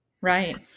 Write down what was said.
Right